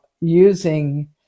using